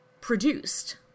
produced